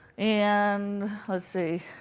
and let's see.